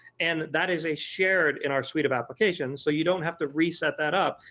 and that is a shared in our suite of applications, so you don't have to reset that up.